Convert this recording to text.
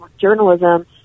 journalism